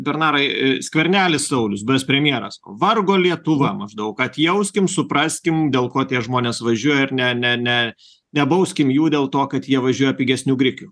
bernarai skvernelis saulius buvęs premjeras vargo lietuva maždaug atjauskim supraskim dėl ko tie žmonės važiuoja ir ne ne nebauskim jų dėl to kad jie važiuoja pigesnių grikių